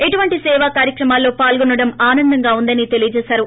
ఇటువంటి సేవా కార్యక్రమాల్లో పాల్గొనడం ఆనందంగా ఉందని తెలియజేశారు